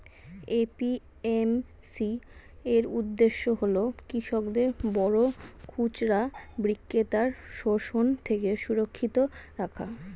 APMC এর উদ্দেশ্য হল কৃষকদের বড় খুচরা বিক্রেতার শোষণ থেকে সুরক্ষিত রাখা